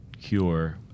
cure